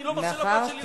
אני לא מרשה לבת שלי ללכת,